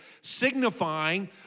signifying